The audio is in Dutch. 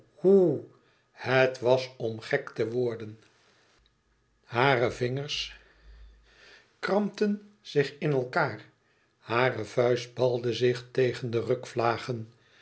whoe het was om gek te worden hare vingers krampten zich in elkaâr hare vuist balde zich tegen de rukvlagen